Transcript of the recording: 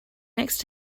next